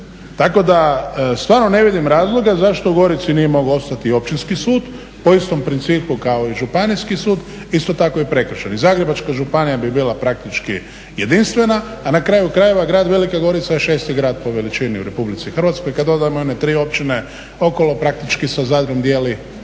Tako da stvarno ne vidim razloga zašto u Gorici nije mogao ostati Općinski sud po istom principu kao i Županijski sud, isto tako i prekršajni. Zagrebačka županija bi bila praktički jedinstvena, a na kraju krajeva grad Velika Gorica je šesti grad po veličini u Republici Hrvatskoj. Kad dodamo i one tri općine okolo, praktički sa Zadrom dijeli peto